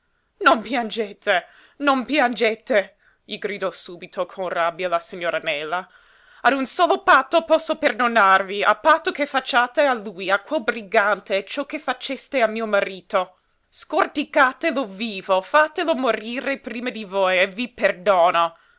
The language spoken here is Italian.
non piangete non piangete gli gridò subito con rabbia la signora nela a un solo patto posso perdonarvi a patto che facciate a lui a quel brigante ciò che faceste a mio marito scorticatelo vivo fatelo morire prima di voi e vi perdono